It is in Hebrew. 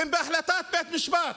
ובהחלטת בית משפט